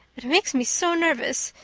it makes me so nervous.